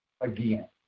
again